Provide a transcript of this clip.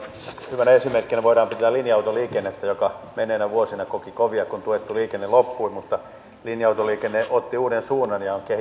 hyvänä esimerkkinä voidaan pitää linja autoliikennettä joka menneinä vuosina koki kovia kun tuettu liikenne loppui mutta linja autoliikenne otti uuden suunnan ja